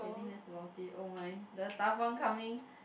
I think that's about it oh my the tough one coming